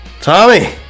Tommy